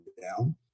down